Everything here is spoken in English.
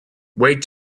wait